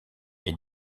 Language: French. est